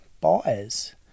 buyers